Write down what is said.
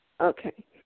Okay